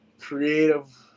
creative